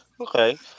Okay